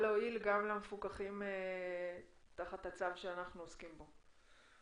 להועיל גם למפוקחים תחת הצו שאנחנו עוסקים בו?